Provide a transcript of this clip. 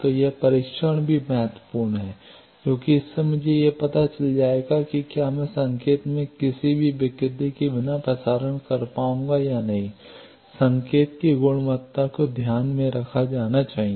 तो यह परीक्षण भी महत्वपूर्ण है क्योंकि इससे मुझे यह पता चल जाएगा कि क्या मैं संकेत में किसी भी विकृति के बिना प्रसारण कर पाऊंगा या नहीं संकेत की गुणवत्ता को ध्यान में रखा जाना चाहिए